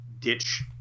ditch